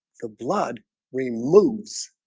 the blood removes